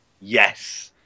yes